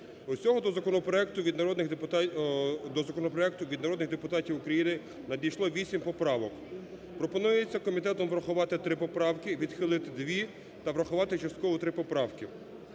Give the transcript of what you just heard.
Усього до законопроекту від народних депутатів України надійшло 8 поправок. Пропонується комітетом врахувати 3 поправки, відхилити 2 та врахувати частково 3 поправки.